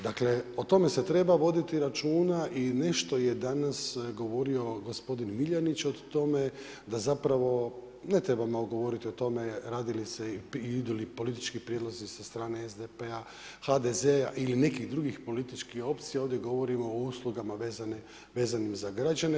Dakle o tome se treba voditi računa i nešto je danas govorio gospodin MIljenić o tome da ne trebamo govoriti o tome radi li se ili idu li politički prijedlozi sa strane SDP-a, HDZ-a ili nekih drugih političkih opcija, ovdje govorimo o uslugama vezanim za građane.